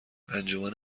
انجمن